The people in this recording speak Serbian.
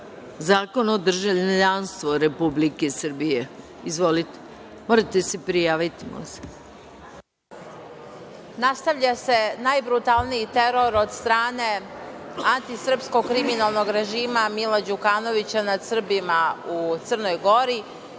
Zakona o državljanstvu Republike Srbije. Izvolite. **Nataša Jovanović** Nastavlja se najbrutalniji teror od strane antisrpskog kriminalnog režima Mila Đukanovića nad Srbima u Crnoj Gori.